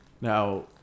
Now